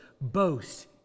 boast